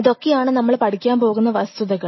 ഇതൊക്കെയാണ് നമ്മൾ പഠിക്കാൻ പോകുന്ന വസ്തുതകൾ